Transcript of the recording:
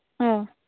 ᱚ